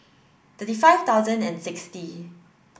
thirty five thousand and sixty